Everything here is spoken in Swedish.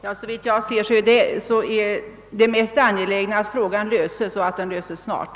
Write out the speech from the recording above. Herr talman! Som jag ser saken är det mest angelägna att frågan löses och att den löses snart.